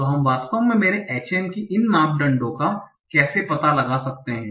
तो हम वास्तव में मेरे HM के इन मापदंडों का कैसे पता लगा सकते हैं